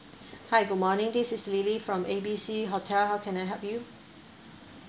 hi good morning this is lily from A B C hotel how can I help you